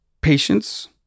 patience